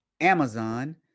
Amazon